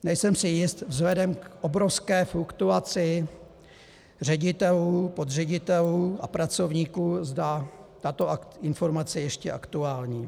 Nejsem si jist vzhledem k obrovské fluktuaci ředitelů, podředitelů a pracovníků, zda tato informace je ještě aktuální.